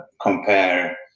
compare